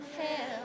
hell